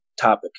topic